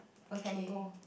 can go